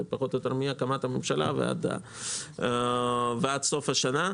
זה פחות או יותר מהקמת הממשלה ועד סוף השנה.